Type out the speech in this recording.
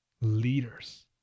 leaders